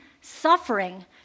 suffering